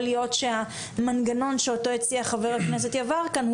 יכול להיות שהמנגנון שאותו הציע חבר הכנסת יברקן,